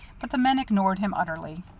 but the men ignored him utterly.